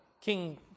King